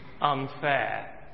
unfair